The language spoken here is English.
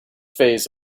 phase